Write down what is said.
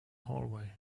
hallway